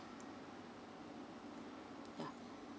yeah